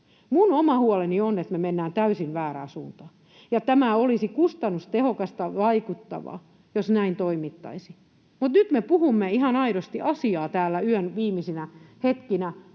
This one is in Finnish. Minun oma huoleni on, että me mennään täysin väärään suuntaan. Tämä olisi kustannustehokasta ja vaikuttavaa, jos näin toimittaisiin. Nyt me puhumme ihan aidosti asiaa täällä yön viimeisinä hetkinä,